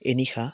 এনিশা